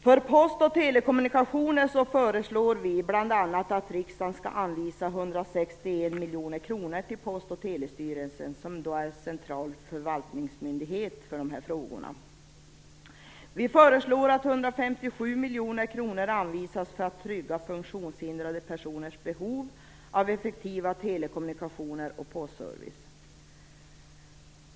För Post och telekommunikationer föreslår vi bl.a. att riksdagen anvisar 161 miljoner kronor till Post och telestyrelsen, som är central förvaltningsmyndighet för frågor om post-, tele och radiokommunikation. Vidare förslås att 157 miljoner kronor anvisas för att trygga funktionshindrade personers behov av effektiva telekommunikationer och postservice.